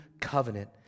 covenant